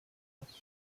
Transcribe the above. fast